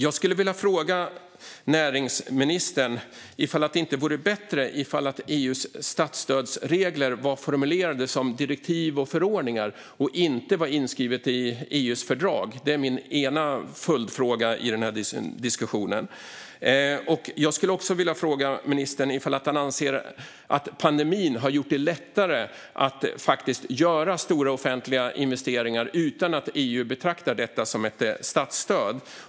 Jag skulle vilja fråga näringsministern om det inte vore bättre att EU:s statsstödsregler var formulerade som direktiv och förordningar och inte var inskrivna i EU:s fördrag. Det är min ena följdfråga i den här diskussionen. Jag skulle också vilja fråga ministern om han anser att pandemin har gjort det lättare att faktiskt göra stora offentliga investeringar utan att EU betraktar detta som ett statsstöd.